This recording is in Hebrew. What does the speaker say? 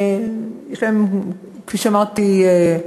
כפי שאמרתי,